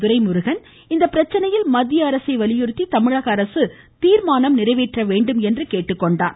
துரைமுருகன் இப்பிரச்சனையில் மத்திய அரசை வலியுறுத்தி தமிழக அரசு தீர்மானம் நிறைவேற்ற வேண்டும் என்று கூறினார்